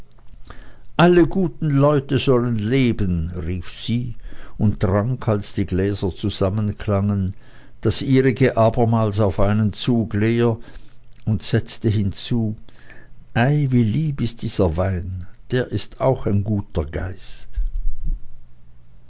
alle guten leute sollen leben rief sie und trank als die gläser zusammenklangen das ihrige abermals auf einen zug leer und setzte hinzu ei wie lieb ist dieser wein der ist auch ein guter geist